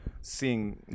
seeing